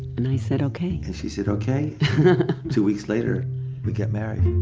and i said okay and she said okay two weeks later we get married